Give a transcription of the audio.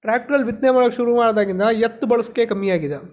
ಟ್ರ್ಯಾಕ್ಟ್ರಲ್ಲಿ ಬಿತ್ತನೆ ಮಾಡೋಕೆ ಶುರುವಾದಾಗಿಂದ ಎತ್ತು ಬಳಸುವಿಕೆ ಕಮ್ಮಿಯಾಗಿದೆ